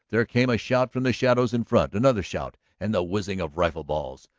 there came a shout from the shadows in front, another shout, and the whizzing of rifle-balls.